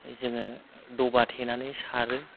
जोंङो दबा थेनानै सारो